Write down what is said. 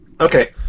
Okay